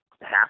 half